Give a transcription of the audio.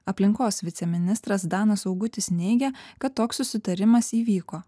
aplinkos viceministras danas augutis neigia kad toks susitarimas įvyko